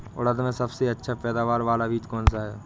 उड़द में सबसे अच्छा पैदावार वाला बीज कौन सा है?